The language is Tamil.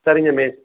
சரிங்க மிஸ்